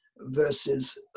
versus